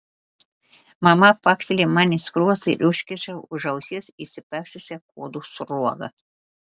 mama pakšteli man į skruostą ir užkiša už ausies išsipešusią kuodo sruogą